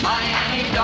Miami